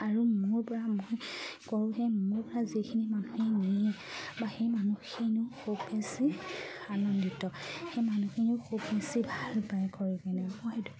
আৰু মোৰ পৰা মই কৰোঁহে মোৰ পৰা যিখিনি মানুহে নিয়ে বা সেই মানুহখিনিও খুব বেছি আনন্দিত সেই মানুহখিনিও খুব বেছি ভাল পায় কৰে মই সেইটো